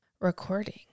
recording